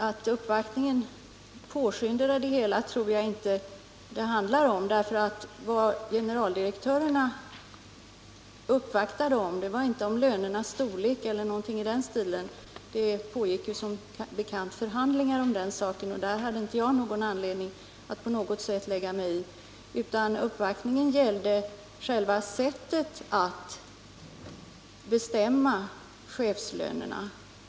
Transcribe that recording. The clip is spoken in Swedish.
Att uppvaktningen skulle ha påskyndat det hela tror jag inte. Vad generaldirektörerna uppvaktade om var inte lönernas storlek eller någonting i den stilen — det pågick som bekant förhandlingar om den saken, och dem hade jag inte anledning att på något sätt lägga mig i — utan uppvaktningen gällde själva sättet att bestämma chefslönerna.